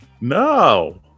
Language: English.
no